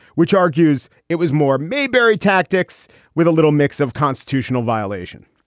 which argues it was more mabury tactics with a little mix of constitutional violation.